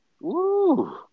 Woo